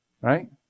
Right